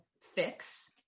fix